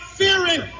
fearing